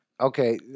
Okay